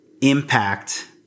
impact